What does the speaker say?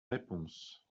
réponses